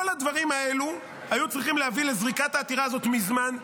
כל הדברים האלה היו צריכים להביא לזריקת העתירה הזאת מזמן.